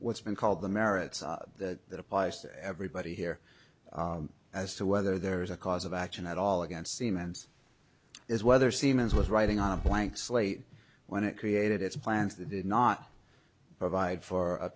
what's been called the merits that applies to everybody here as to whether there is a cause of action at all against siemens is whether siemens was writing on a blank slate when it created its plans that did not provide for a